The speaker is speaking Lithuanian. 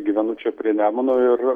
gyvenu čia prie nemuno ir